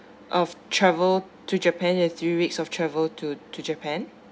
of travel to japan and three weeks of travel to to japan